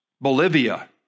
Bolivia